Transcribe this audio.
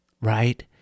right